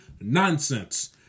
Nonsense